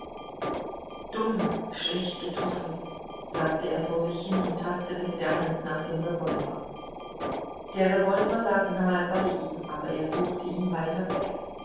dumm schlecht getroffen sagte er vor sich hin und tastete mit der hand nach dem revolver der revolver lag nahe bei ihm aber er suchte ihn weiter weg